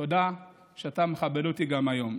תודה שאתה מכבד אותי גם היום.